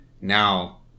now